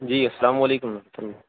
جی السلام علیکم ورحمت اللہ